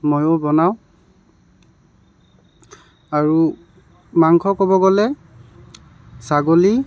ময়ো বনাওঁ আৰু মাংস ক'ব গ'লে ছাগলী